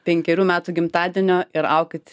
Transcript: penkerių metų gimtadienio ir aukit